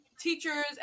teachers